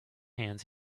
hands